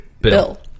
Bill